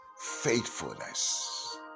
Faithfulness